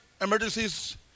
emergencies